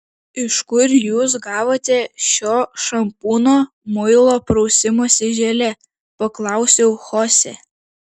iš kur jūs gavote šio šampūno muilo prausimosi želė paklausiau chosė